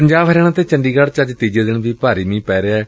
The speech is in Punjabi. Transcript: ਪੰਜਾਬ ਹਰਿਆਣਾ ਅਤੇ ਚੰਡੀਗੜ ਚ ਅੱਜ ਤੀਜੇ ਦਿਨ ਵੀ ਭਾਰੀ ਮੀਂਹ ਪੈ ਰਿਹੈ